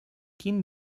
quin